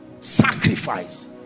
Sacrifice